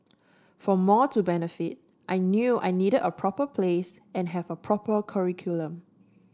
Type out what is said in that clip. for more to benefit I knew I needed a proper place and have a proper curriculum